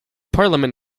parliament